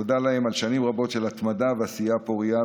תודה להם על שנים רבות של התמדה ועשייה פורייה,